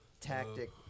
tactic